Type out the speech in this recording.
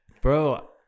bro